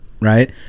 Right